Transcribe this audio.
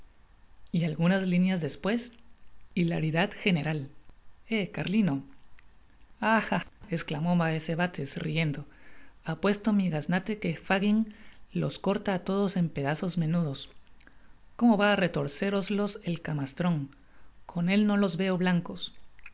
y algunas lineas despues hilaridad general hé carlino ah ah esclamó maese bates riendoá puesto mi gaznate que fagin los corta á todos en pedazos menudos gomo va á retorcéroslos el camastron con el no los veo blancos